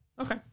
Okay